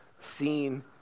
seen